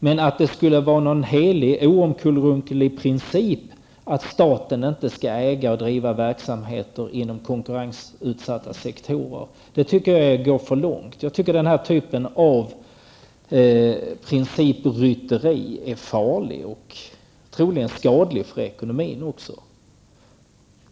Men att ha det som någon helig oomkullrunkelig princip att staten inte skall äga och driva verksamheter inom konkurrensutsatta sektorer är att gå för långt. Den typen att principbryteri är farlig och troligen skadligt för ekonomin.